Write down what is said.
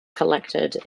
collected